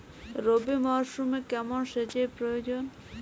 রবি মরশুমে কেমন সেচের প্রয়োজন?